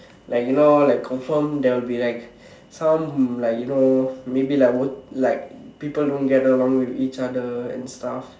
like you know like confirm there will be like some like you know maybe like like people don't get along with each other and stuff